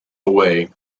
away